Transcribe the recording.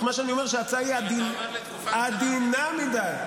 מה שאני אומר הוא שההצעה עדינה מדי.